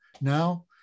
now